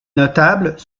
notables